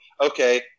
okay